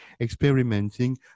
experimenting